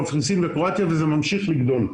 קפריסין וקרואטיה והמספר ממשיך לגדול.